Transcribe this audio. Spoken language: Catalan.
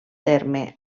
terme